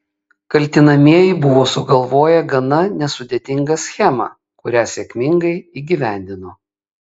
kaltinamieji buvo sugalvoję gana nesudėtingą schemą kurią sėkmingai įgyvendino